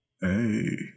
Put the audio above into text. Hey